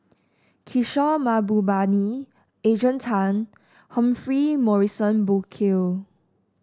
Kishore Mahbubani Adrian Tan Humphrey Morrison Burkill